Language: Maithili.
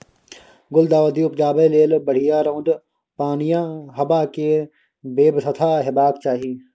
गुलदाउदी उपजाबै लेल बढ़ियाँ रौद, पानि आ हबा केर बेबस्था हेबाक चाही